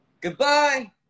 goodbye